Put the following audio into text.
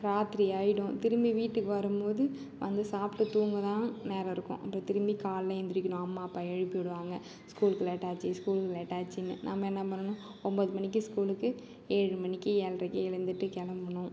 ராத்திரி ஆயிடும் திரும்பி வீட்டுக்கு வரும் போது வந்து சாப்பிட்டு தூங்க தான் நேரம் இருக்கும் அப்புறம் திரும்பி காலைல எழுந்திரிக்கணும் அம்மா அப்பா எழுப்பி விடுவாங்க ஸ்கூல்க்கு லேட்டாச்சு ஸ்கூல்க்கு லேட்டாச்சுனு நம்ம என்ன பண்ணணும் ஒன்போது மணிக்கு ஸ்கூலுக்கு ஏழு மணிக்கு ஏழ்ரைக்கி எழுந்துட்டு கிளம்பணும்